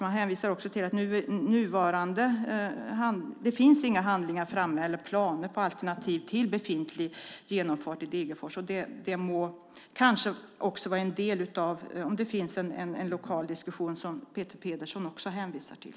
Man hänvisar också till att det inte finns några handlingar eller planer framtagna till ett alternativ till befintlig genomfart i Degerfors. Det kanske också är en del i den diskussion som finns lokalt och som Peter Pedersen hänvisar till.